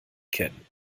kennen